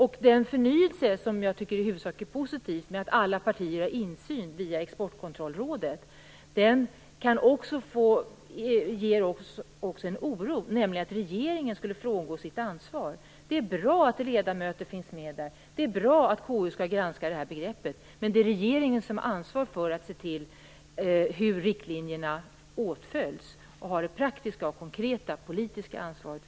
Den förnyelse som i huvudsak är positiv och som innebär att alla partier har insyn via Exportkontrollrådet inger oss också en oro över att regeringen skulle frångå sitt ansvar. Det är bra att rådet finns och att KU skall granska begreppet, men det är regeringen som har ansvar för att se till hur riktlinjerna efterlevs. Det är regeringen som har det praktiska, konkreta och politiska ansvaret.